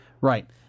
Right